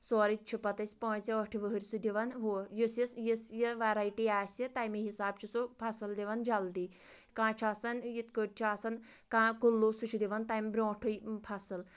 سورُے چھِ پَتہٕ أسۍ پانٛژھِ ٲٹھِ وٕہٕرۍ سُہ دِوان ہُہ یُس یُس یِس یہِ ویرایٹی آسہِ تَمی حساب چھُ سُہ فصٕل دِوان جلدی کانٛہہ چھُ آسان یِتھ کٲٹھۍ چھِ آسان کانٛہہ کُلوٗ سُہ چھِ دِوان تَمہِ برونٛٹھٕے فصٕل